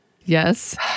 Yes